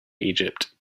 egypt